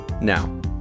Now